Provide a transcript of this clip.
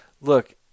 look